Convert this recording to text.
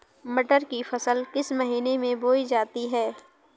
मटर की फसल किस महीने में बोई जाती है?